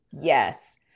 Yes